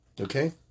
Okay